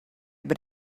but